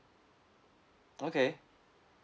okay